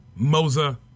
Mosa